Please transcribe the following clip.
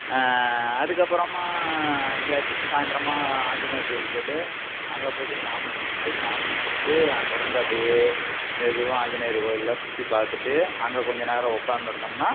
அதுக்கப்புறமா எங்கேயாச்சு சாய்ந்திரமா ஆஞ்சநேயர் கோயிலுக்குப் போய்விட்டு அங்கே போய்விட்டு சாமி கும்பிட்டு சாமி கும்பிட்டு அங்கே இருந்து அப்படியே மெதுவாக ஆஞ்சநேயர் கோயிலெல்லாம் சுற்றிப் பார்த்துட்டு அங்கே கொஞ்ச நேரம் உட்காந்திருந்தோம்னா